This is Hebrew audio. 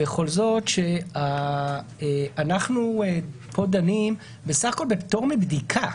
בכל זאת שאנחנו פה דנים בסך הכול בפטור מבדיקה,